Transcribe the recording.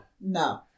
No